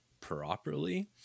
properly